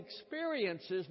experiences